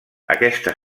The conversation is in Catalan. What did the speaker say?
aquesta